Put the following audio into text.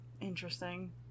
Interesting